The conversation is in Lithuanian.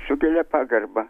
su gilia pagarba